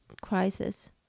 crisis